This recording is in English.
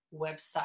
website